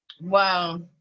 Wow